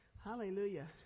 Hallelujah